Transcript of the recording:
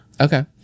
okay